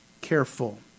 careful